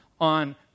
on